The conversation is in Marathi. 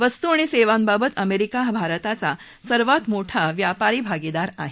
वस्तू आणि सेवांबाबत अमेरिका हा भारताचा सर्वात मोठा व्यापारी भागीदार आहे